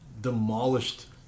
demolished